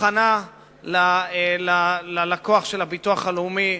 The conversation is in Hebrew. הכנה ללקוח של הביטוח הלאומי,